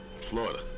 Florida